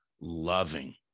loving